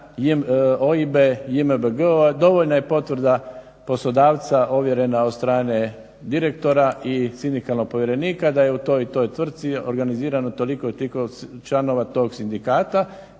OIB-e, JMBG-ove, dovoljno je potvrda poslodavca ovjerena od strane direktora i sindikalnog povjerenika da je u toj i toj tvrtci organizirano toliko i toliko članova tog sindikata